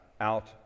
out